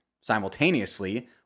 simultaneously